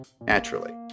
naturally